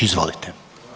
Izvolite.